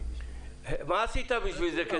מה עשית בשביל זה?